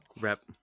rep